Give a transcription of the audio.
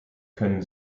können